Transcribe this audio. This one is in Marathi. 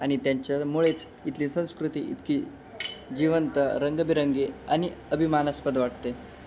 आणि त्यांच्यामुळेच इथली संस्कृती इतकी जिवंत रंगबिरंगी आणि अभिमानस्पद वाटते